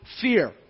fear